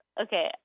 okay